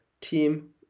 team